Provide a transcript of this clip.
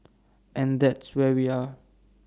and that's where we are